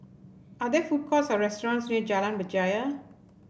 are there food courts or restaurants near Jalan Berjaya